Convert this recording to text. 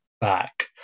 back